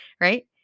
Right